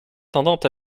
tendant